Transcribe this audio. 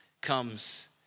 comes